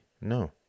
No